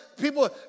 people